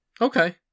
Okay